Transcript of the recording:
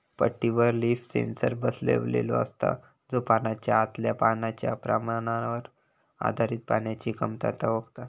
पट्टीवर leaf sensor बसवलेलो असता, जो पानाच्या आतल्या पाण्याच्या प्रमाणावर आधारित पाण्याची कमतरता ओळखता